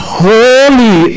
holy